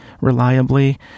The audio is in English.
reliably